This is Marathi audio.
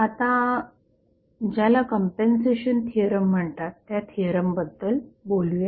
आता ज्याला कंपेंन्सेशन थिअरम म्हणतात त्या थिअरम बद्दल बोलूया